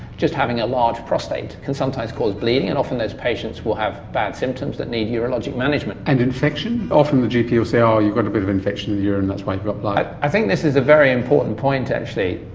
just having a large prostate can sometimes cause bleeding and often those patients will have bad symptoms that need urologic management. and infection, often the gp will say oh, you've got a bit of infection in the urine that's why you've got blood'. i think this is a very important point actually.